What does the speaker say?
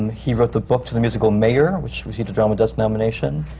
he wrote the book to the musical mayer, which received a drama desk nomination,